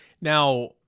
Now